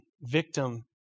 victim